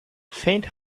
faint